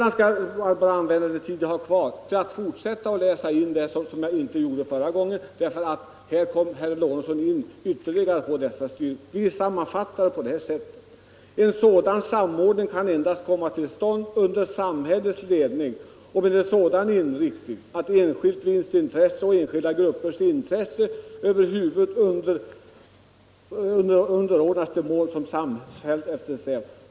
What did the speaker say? Jag skall sedan använda den tid jag har kvar i denna replik till att fortsätta att citera ur partiprogrammet det jag inte hann med i min förra replik: ”En sådan samordning kan endast komma till stånd under samhällets ledning och med en sådan inriktning att enskilt vinstintresse och enskilda gruppers intressen över huvud underordnas de mål som samfällt eftersträvas.